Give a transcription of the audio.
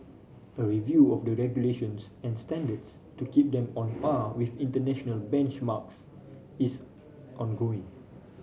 a review of the regulations and standards to keep them on par with international benchmarks is ongoing